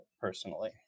personally